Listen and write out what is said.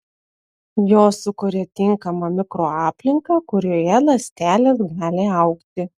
jos sukuria tinkamą mikroaplinką kurioje ląstelės gali augti